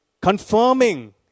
confirming